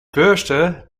fürchte